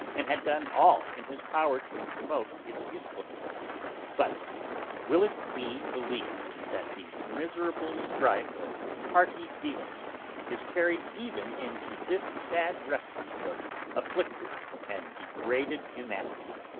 and had done all in his power to promote its usefulness but will it be believed that the miserable strife of party feeling is carried even into this sad refuge of afflicted and degraded humanity?